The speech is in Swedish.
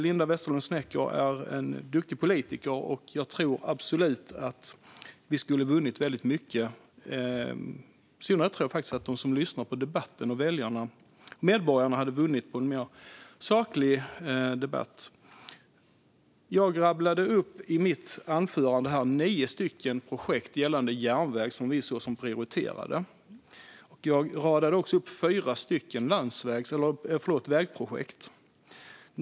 Linda W Snecker är en duktig politiker, och jag tror att åhörarna, väljarna och medborgarna hade vunnit på en mer saklig debatt. I mitt anförande räknade jag upp nio järnvägsprojekt som vi prioriterar. Jag räknade också upp fyra vägprojekt.